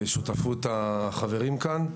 בשותפות החברים כאן.